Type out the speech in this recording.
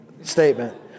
statement